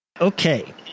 Okay